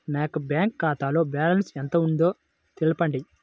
నా యొక్క బ్యాంక్ ఖాతాలో బ్యాలెన్స్ ఎంత ఉందో తెలపండి?